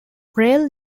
rail